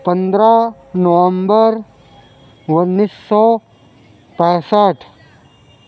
پندرہ نومبر اُنیس سو پینسٹھ